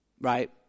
Right